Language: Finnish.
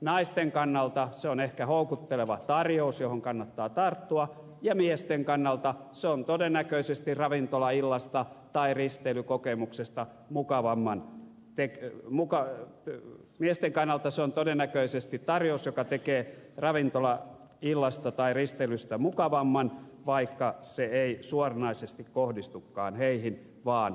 naisten kannalta se on ehkä houkutteleva tarjous johon kannattaa tarttua ja miesten kannalta se on todennäköisesti ravintolaillasta tai risteilykokemuksesta mukavamman tee muka teet mies ei kannata se on todennäköisesti tarjous joka tekee ravintolaillasta tai risteilystä mukavamman vaikka se ei suoranaisesti kohdistukaan heihin vaan naisiin